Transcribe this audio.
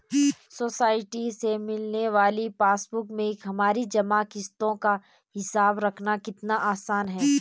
society से मिलने वाली पासबुक में हमारी जमा किश्तों का हिसाब रखना कितना आसान है